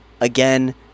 Again